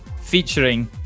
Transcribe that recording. featuring